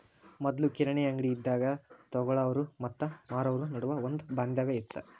ಮೊದ್ಲು ಕಿರಾಣಿ ಅಂಗ್ಡಿ ಇದ್ದಾಗ ತೊಗೊಳಾವ್ರು ಮತ್ತ ಮಾರಾವ್ರು ನಡುವ ಒಂದ ಬಾಂಧವ್ಯ ಇತ್ತ